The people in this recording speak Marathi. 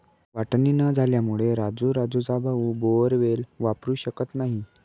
वाटणी न झाल्यामुळे राजू राजूचा भाऊ बोअरवेल वापरू शकत नाही